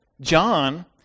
John